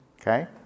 Okay